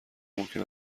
ممکن